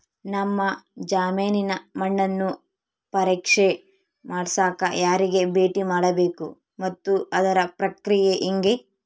ನಮ್ಮ ಜಮೇನಿನ ಮಣ್ಣನ್ನು ಪರೇಕ್ಷೆ ಮಾಡ್ಸಕ ಯಾರಿಗೆ ಭೇಟಿ ಮಾಡಬೇಕು ಮತ್ತು ಅದರ ಪ್ರಕ್ರಿಯೆ ಹೆಂಗೆ?